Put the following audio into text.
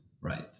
Right